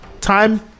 time